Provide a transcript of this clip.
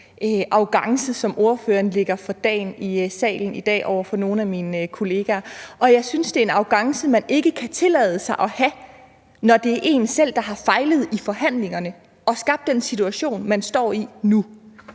arrogance, som ordføreren lægger for dagen i salen i dag over for nogle af mine kollegaer, og jeg synes, det er en arrogance, man ikke kan tillade sig at have, når det er en selv, der har fejlet i forhandlingerne og skabt den situation, man står i nu.